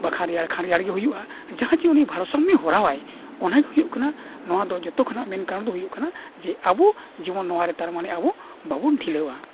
ᱵᱟᱠᱷᱟᱱ ᱨᱮᱭᱟᱲ ᱠᱷᱟᱱ ᱨᱮᱭᱟᱲ ᱜᱮ ᱦᱩᱭᱩᱜᱼᱟ ᱡᱟᱦᱟᱸ ᱡᱮ ᱩᱱᱤ ᱵᱷᱟᱨᱥᱟᱢᱢᱚ ᱦᱟᱨᱟᱣ ᱟᱭ ᱚᱱᱟᱜᱮ ᱦᱩᱭᱩᱜ ᱠᱟᱱᱟ ᱱᱚᱣᱟ ᱫᱚ ᱡᱚᱛᱚ ᱠᱷᱚᱱᱟᱜ ᱢᱮᱱ ᱠᱟᱨᱚᱱ ᱫᱚ ᱦᱩᱭᱩᱜ ᱠᱟᱱᱟ ᱡᱮ ᱟᱵᱚ ᱡᱮᱢᱚᱱ ᱱᱚᱣᱟᱨᱮ ᱛᱟᱨᱢᱟᱱᱮ ᱟᱵᱚ ᱵᱟᱵᱚᱱ ᱰᱷᱤᱞᱟᱹᱣᱟ